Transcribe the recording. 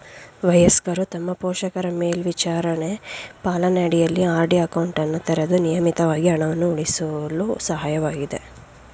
ವಯಸ್ಕರು ತಮ್ಮ ಪೋಷಕರ ಮೇಲ್ವಿಚಾರಣೆ ಪಾಲನೆ ಅಡಿಯಲ್ಲಿ ಆರ್.ಡಿ ಅಕೌಂಟನ್ನು ತೆರೆದು ನಿಯಮಿತವಾಗಿ ಹಣವನ್ನು ಉಳಿಸಲು ಸಹಾಯಕವಾಗಿದೆ